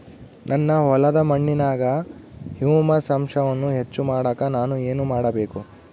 ನನ್ನ ಹೊಲದ ಮಣ್ಣಿನಾಗ ಹ್ಯೂಮಸ್ ಅಂಶವನ್ನ ಹೆಚ್ಚು ಮಾಡಾಕ ನಾನು ಏನು ಮಾಡಬೇಕು?